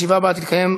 שבעה תומכים,